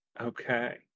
Okay